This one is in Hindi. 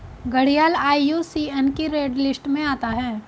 घड़ियाल आई.यू.सी.एन की रेड लिस्ट में आता है